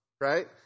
Right